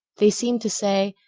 they seemed to say,